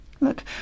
Look